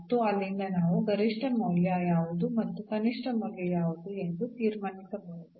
ಮತ್ತು ಅಲ್ಲಿಂದ ನಾವು ಗರಿಷ್ಠ ಮೌಲ್ಯ ಯಾವುದು ಮತ್ತು ಕನಿಷ್ಠ ಮೌಲ್ಯ ಯಾವುದು ಎಂದು ತೀರ್ಮಾನಿಸಬಹುದು